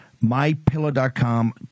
MyPillow.com